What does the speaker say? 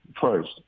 first